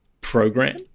program